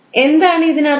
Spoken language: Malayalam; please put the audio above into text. എന്താണ് ഇതിനർത്ഥം